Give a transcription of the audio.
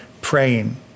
praying